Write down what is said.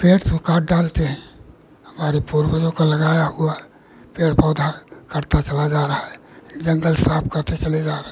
पेड़ तो काट डालते हैं हमारे पूर्वजों का लगाया हुआ पेड़ पौधा कटता चला जा रहा है जंगल साफ करते चले जा रहे हैं